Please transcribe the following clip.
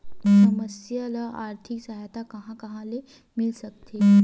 समस्या ल आर्थिक सहायता कहां कहा ले मिल सकथे?